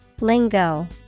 Lingo